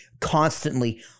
constantly